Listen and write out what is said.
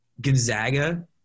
Gonzaga